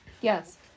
Yes